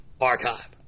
archive